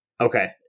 Okay